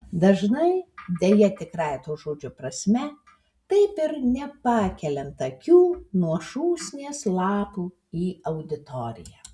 dažnai deja tikrąja to žodžio prasme taip ir nepakeliant akių nuo šūsnies lapų į auditoriją